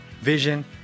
vision